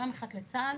אחד לצה"ל